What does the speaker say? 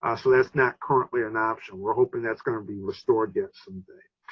um so that's not currently an option. we're hoping that's going to be restored yet some day.